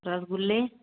रसगुल्ले